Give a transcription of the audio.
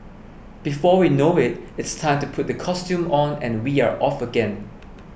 before we know it it's time to put the costume on and we are off again